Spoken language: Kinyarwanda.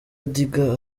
ndiga